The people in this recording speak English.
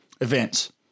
events